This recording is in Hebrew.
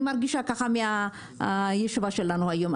אני מרגישה ככה מהישיבה שלנו היום.